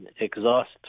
exhaust